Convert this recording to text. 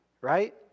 right